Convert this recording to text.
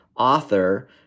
author